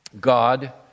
God